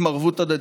עם ערבות הדדית,